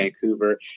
Vancouver